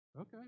Okay